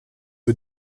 wir